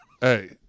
Hey